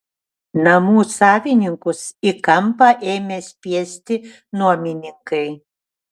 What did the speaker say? namų savininkus į kampą ėmė spiesti nuomininkai